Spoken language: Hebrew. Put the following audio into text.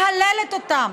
מהללת אותם,